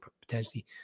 potentially